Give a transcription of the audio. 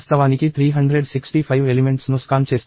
మేము వాస్తవానికి 365 ఎలిమెంట్స్ ను స్కాన్ చేస్తున్నాము